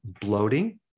bloating